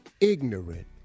ignorant